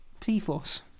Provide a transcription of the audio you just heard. P-force